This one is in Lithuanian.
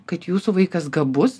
kad jūsų vaikas gabus